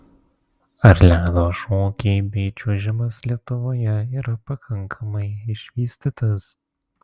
ar ledo šokiai bei čiuožimas lietuvoje yra pakankamai išvystytas